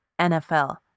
NFL